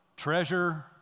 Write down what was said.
treasure